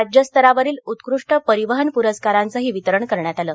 राज्यस्तरावरील उत्कृष्ट परिवहन प्रस्कारांचंही वितरण करण्यात आलं